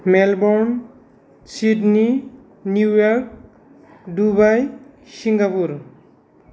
Melbourne Sydney New York Dubai Singapore